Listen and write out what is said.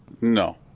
No